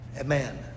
Amen